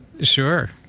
Sure